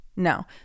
No